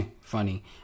funny